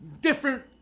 different